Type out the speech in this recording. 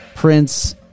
Prince